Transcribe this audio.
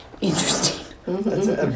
Interesting